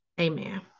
Amen